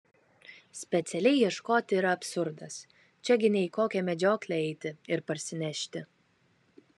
specialiai ieškoti yra absurdas čia gi ne į kokią medžioklę eiti ir parsinešti